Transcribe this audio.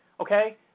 Okay